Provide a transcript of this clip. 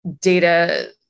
data